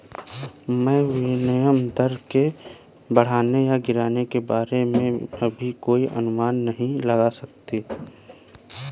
मैं विनिमय दर के बढ़ने या गिरने के बारे में अभी कोई अनुमान नहीं लगा सकती